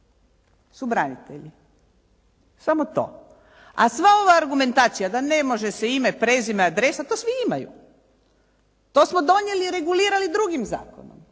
su branitelji. Samo to. A sva ova argumentacija da ne može se ime, prezime, adresa to svi imaju. To smo donijeli i regulirali drugim zakonom.